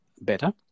better